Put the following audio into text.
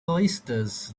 oysters